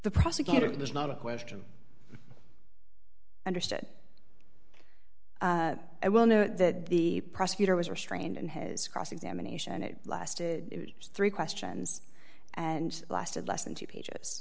the prosecutor it was not a question understood i will know that the prosecutor was restrained in his cross examination it lasted three questions and lasted less than two pages